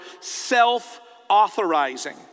self-authorizing